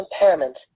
impairment